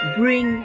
bring